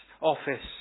office